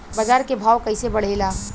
बाजार के भाव कैसे बढ़े ला?